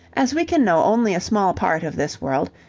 as we can know only a small part of this world,